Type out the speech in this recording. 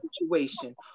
situation